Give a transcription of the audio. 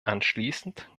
anschließend